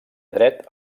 dret